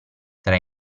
tra